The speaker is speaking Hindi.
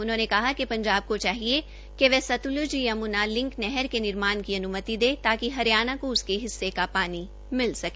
उन्होंने कहा कि पंजाब को चाहिए कि वह सतल्ज यम्ना लिंक नहर के निर्माण की अनुमति दें ताकि हरियाणा को उसके हिस्से का पानी मिल सके